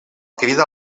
crida